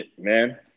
man